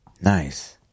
nice